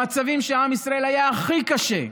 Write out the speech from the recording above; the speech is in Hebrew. במצבים שלעם ישראל היה הכי קשה,